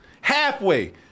halfway